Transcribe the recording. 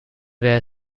were